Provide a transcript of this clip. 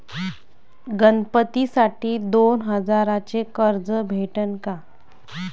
गणपतीसाठी दोन हजाराचे कर्ज भेटन का?